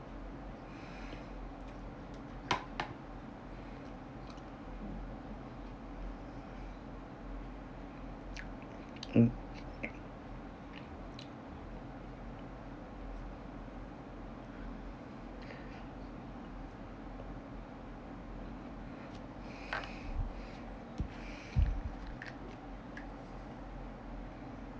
mm